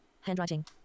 Handwriting